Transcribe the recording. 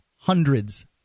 hundreds